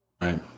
right